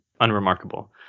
unremarkable